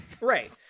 Right